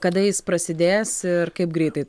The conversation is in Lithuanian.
kada jis prasidės ir kaip greitai